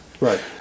right